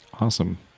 Awesome